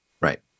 Right